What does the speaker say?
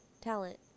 talent